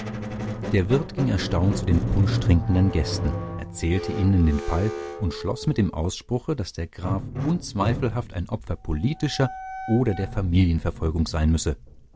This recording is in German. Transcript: der wirt ging erstaunt zu den punsch trinkenden gästen erzählte ihnen den fall und schloß mit dem ausspruche daß der graf unzweifelhaft ein opfer politischer oder der familienverfolgung sein müsse